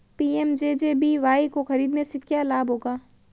PMJJBY को खरीदने से क्या लाभ होगा?